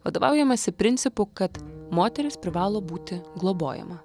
vadovaujamasi principu kad moteris privalo būti globojama